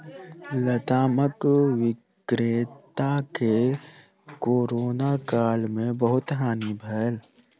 लतामक विक्रेता के कोरोना काल में बहुत हानि भेल